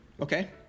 Okay